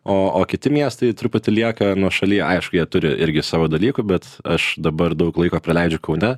o o kiti miestai truputį lieka nuošalyje aišku jie turi irgi savo dalykų bet aš dabar daug laiko praleidžiu kaune